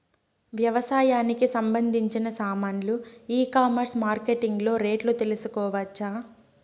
వ్యవసాయానికి సంబంధించిన సామాన్లు ఈ కామర్స్ మార్కెటింగ్ లో రేట్లు తెలుసుకోవచ్చా?